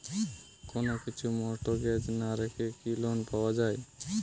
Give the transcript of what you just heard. কোন কিছু মর্টগেজ না রেখে কি লোন পাওয়া য়ায়?